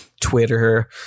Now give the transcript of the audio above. Twitter